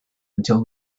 until